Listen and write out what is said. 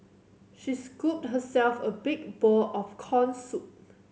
she scooped herself a big bowl of corn soup